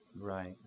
Right